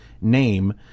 name